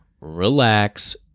relax